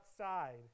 outside